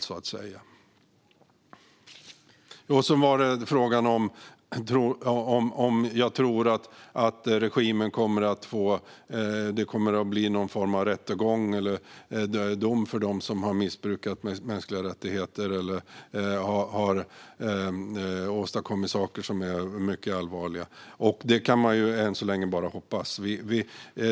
Jag fick också en fråga om huruvida jag tror att det kommer att bli någon form av rättegång eller dom för dem som har missbrukat mänskliga rättigheter eller åstadkommit saker som är mycket allvarliga. Det kan man än så länge bara hoppas.